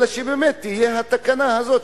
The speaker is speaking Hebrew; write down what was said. אלא שבאמת שתהיה התקנה הזאת,